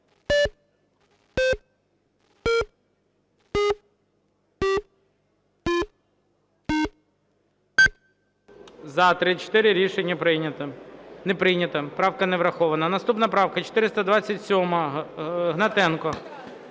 За-34 Рішення не прийнято. Правка не врахована. Наступна правка 427, Гнатенко.